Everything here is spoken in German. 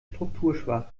strukturschwach